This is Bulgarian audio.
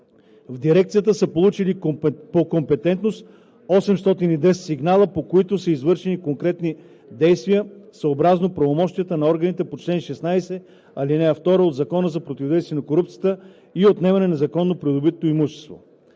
в Дирекцията са получени по компетентност 810 сигнала, по които са извършени конкретни действия, съобразно правомощията на органите по чл. 16, ал. 2 от Закона за противодействие на корупцията и за отнемане на незаконно придобитото имущество.